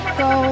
go